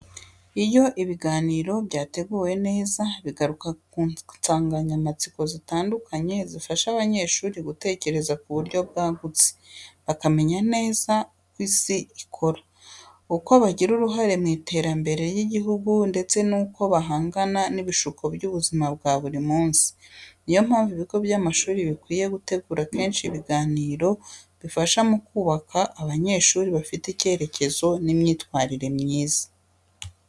Iyo ibiganiro byateguwe neza, bigaruka ku nsanganyamatsiko zitandukanye zifasha abanyeshuri gutekereza ku buryo bwagutse, bakamenya neza uko isi ikora, uko bagira uruhare mu iterambere ry’igihugu ndetse n’uko bahangana n’ibishuko by’ubuzima bwa buri munsi. Ni yo mpamvu ibigo by’amashuri bikwiye gutegura kenshi ibiganiro bifasha mu kubaka abanyeshuri bafite icyerekezo n’imyitwarire myiza.